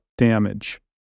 Damage